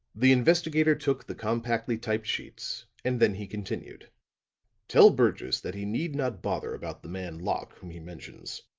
the investigator took the compactly typed sheets, and then he continued tell burgess that he need not bother about the man locke whom he mentions.